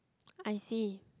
I see